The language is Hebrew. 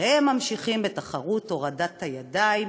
אך הם ממשיכים בתחרות הורדת הידיים: